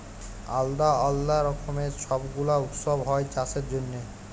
আলদা আলদা রকমের ছব গুলা উৎসব হ্যয় চাষের জনহে